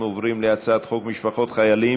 38 בעד, אפס מתנגדים, הצעת החוק הופכת להצעה